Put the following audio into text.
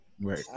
Right